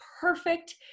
perfect